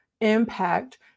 impact